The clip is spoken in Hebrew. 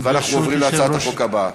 ואנחנו עוברים להצעת החוק הבאה.